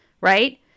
right